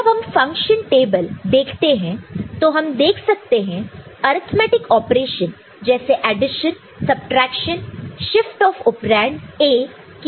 जब हम function table देखते हैं तो हम देख सकते हैं अर्थमैटिक ऑपरेशन जैसे addition subtraction shift of operand A किए जा रहे हैं